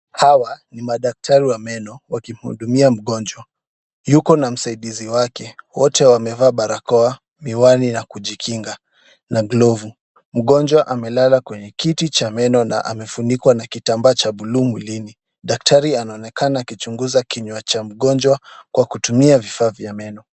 Hawa ni madaktari wa meno wakimhudumia mgonjwa. Yuko na msaidizi wake. Wote wamevaa barakoa, miwani ya kujikinga na glovu. Mgonjwa amelala kwenye kiti cha meno na amefunikwa na kitambaa cha blue mwilini. Daktari anaonekana akichunguza kinywa cha mgonjwa kwa kutumia vifaa vya meno.